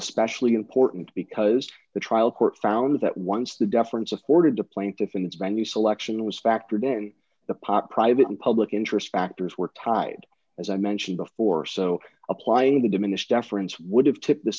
especially important because the trial court found that once the deference afforded to plaintiff in this venue selection was factored in the pot private and public interest factors were tied as i mentioned before so applying the diminished deference would have t